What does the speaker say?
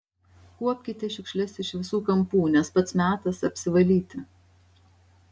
kuopkite šiukšles iš visų kampų nes pats metas apsivalyti